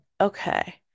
Okay